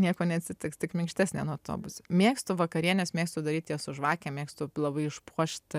nieko neatsitiks tik minkštesnė nuo to bus mėgstu vakarienes mėgstu daryt jas su žvakėm mėgstu labai išpuošti